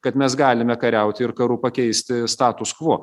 kad mes galime kariauti ir karu pakeisti status kvo